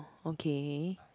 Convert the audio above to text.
okay